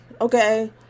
okay